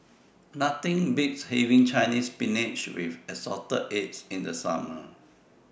Nothing Beats having Chinese Spinach with Assorted Eggs in The Summer